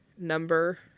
number